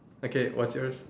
okay what's yours